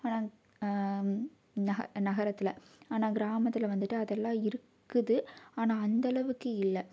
ஆனால் நகரத்தில் ஆனால் கிராமத்தில் வந்துட்டு அதெல்லாம் இருக்குது ஆனால் அந்த அளவுக்கு இல்லை